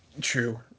True